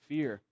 Fear